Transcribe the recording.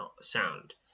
sound